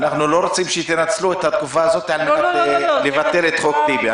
אנחנו לא רוצים שתנצלו את התקופה הזאת על מנת לבטל את חוק טיבי,